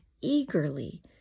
eagerly